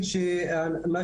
משהו,